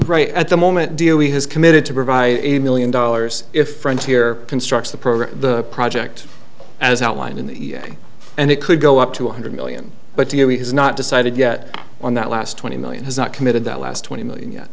right at the moment deal he has committed to provide a million dollars if friends here constructs the program the project as outlined in the thing and it could go up to one hundred million but he has not decided yet on that last twenty million has not committed that last twenty million yet